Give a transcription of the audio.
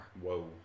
Whoa